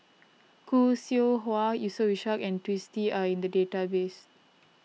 Khoo Seow Hwa Yusof Ishak and Twisstii are in the database